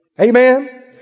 Amen